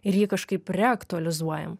ir jį kažkaip reaktualizuojam